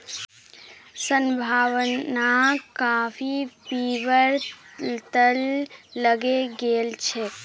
संभावनाक काफी पीबार लत लगे गेल छेक